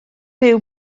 byw